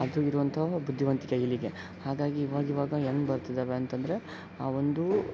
ಅದು ಇರುವಂತಹ ಬುದ್ಧಿವಂತಿಕೆ ಇಲಿಗೆ ಹಾಗಾಗಿ ಇವಾಗಿವಾಗ ಹೆಂಗ್ ಬರ್ತಿದ್ದಾವೆ ಅಂತಂದರೆ ಒಂದು